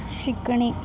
शिकणे